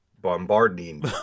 bombarding